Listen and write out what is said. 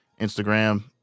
Instagram